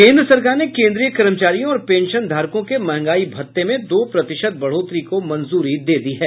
केन्द्र सरकार ने केन्द्रीय कर्मचारियों और पेंशनधारकों के महंगाई भत्ते में दो प्रतिशत बढ़ोतरी को मंजूरी दे दी है